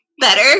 better